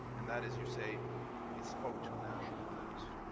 and that is, you say it spoke to national purpose,